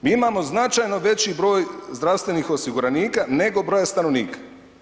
Mi imamo značajno veći broj zdravstvenih osiguranika nego broja stanovnika.